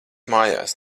mājās